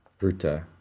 Bruta